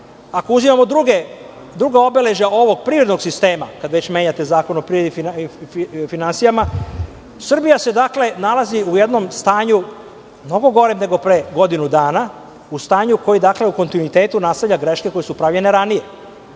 uzimamo drugo obeležje ovog privrednog sistema, kada već menjate Zakon o privredi i finansijama, Srbija se nalazi u jednom stanju mnogo gorem nego pre godinu dana, u stanju koje u kontinuitetu nastavlja greške koje su pravljene ranije.